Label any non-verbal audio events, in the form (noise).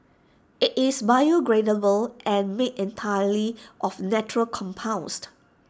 IT is biodegradable and made entirely of natural (unintelligible)